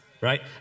right